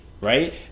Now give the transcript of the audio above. right